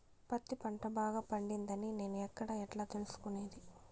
పత్తి పంట బాగా పండిందని నేను ఎక్కడ, ఎట్లా తెలుసుకునేది?